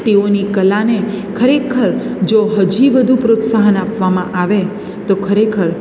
તેઓની કલાને ખરેખર જો હજી વધુ પ્રોત્સાહન આપવામાં આવે તો ખેરખર